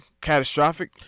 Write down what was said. catastrophic